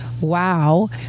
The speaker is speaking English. Wow